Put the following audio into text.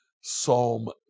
Psalm